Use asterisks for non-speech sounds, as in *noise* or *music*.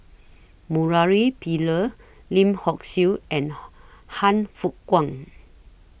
Murali Pillai Lim Hock Siew and *noise* Han Fook Kwang